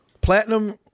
Platinum